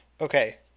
Okay